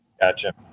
Gotcha